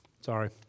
Sorry